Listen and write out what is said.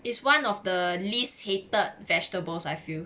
is one of the least hated vegetables I feel